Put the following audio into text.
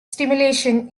stimulation